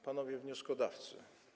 Panowie Wnioskodawcy!